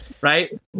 right